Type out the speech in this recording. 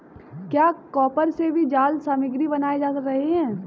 क्या कॉपर से भी जाल सामग्री बनाए जा रहे हैं?